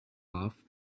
off